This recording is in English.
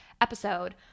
episode